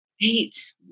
Eight